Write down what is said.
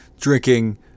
drinking